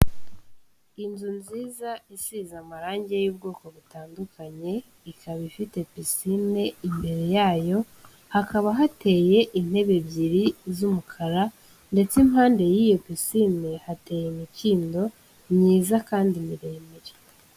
Inzu nziza isize amarange y'ubwoko butandukanye ikaba ifite pisine, imbere yayo hakaba hateye intebe ebyiri z'umukara ndetse impande y'iyo pisine hateye imikindo myiza kandi miremire.